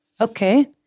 Okay